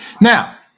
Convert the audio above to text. Now